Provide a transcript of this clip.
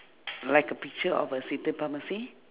like a picture of a city pharmacy